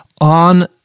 on